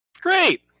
Great